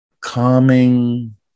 calming